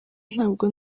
ntabwo